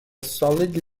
solid